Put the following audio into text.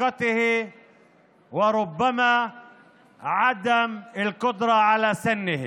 להכשלתו ואולי לאי-יכולת לחוקק אותו.